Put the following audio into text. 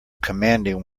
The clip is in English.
commanding